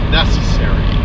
necessary